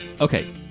Okay